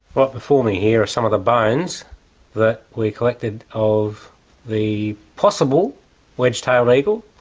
but before me here are some of the bones that we collected of the possible wedge-tailed eagle.